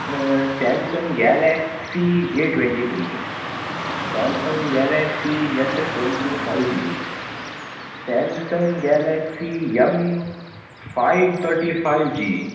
Samsung Galaxy A twenty three Samsung Galaxy S twenty five G Samsung Galaxy M five thirty five G